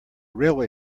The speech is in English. railway